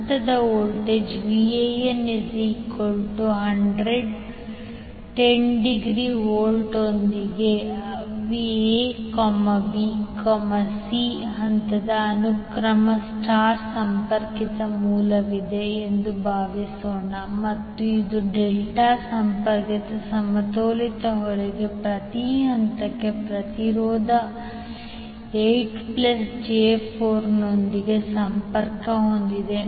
ಹಂತದ voltage 𝐕𝑎𝑛 100∠10 ° V ಯೊಂದಿಗೆ A B C ಹಂತದ ಅನುಕ್ರಮ star ಸಂಪರ್ಕಿತ ಮೂಲವಿದೆ ಎಂದು ಭಾವಿಸೋಣ ಮತ್ತು ಇದು ಡೆಲ್ಟಾ ಸಂಪರ್ಕಿತ ಸಮತೋಲಿತ ಹೊರೆಗೆ ಪ್ರತಿ ಹಂತಕ್ಕೆ ಪ್ರತಿರೋಧ 8 𝑗4 ನೊಂದಿಗೆ ಸಂಪರ್ಕ ಹೊಂದಿದೆ